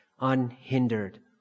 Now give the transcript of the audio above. unhindered